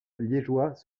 liégeois